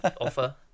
offer